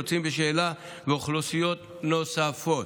יוצאים בשאלה ואוכלוסיות נוספות.